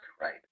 right